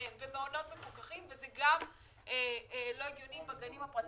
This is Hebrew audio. במעונות מפוקחים וזה גם לא הגיוני בגנים הפרטיים.